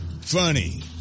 Funny